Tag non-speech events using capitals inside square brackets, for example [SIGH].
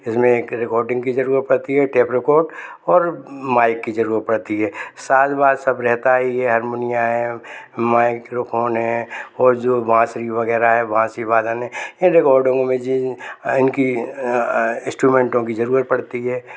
इसमें रिकॉर्डिंग की जरूरत पड़ती है टेप रिकॉर्ड और माइक की जरूरत पड़ती है साज़ बाज़ सब रहता है ये हरमोनिया है माइक्रोफोन है और जो बांसुरी वगैरह है बांसुरी वादन हैं जो [UNINTELLIGIBLE] इनकी अ इंस्ट्रूमेंटों की जरूरत पड़ती है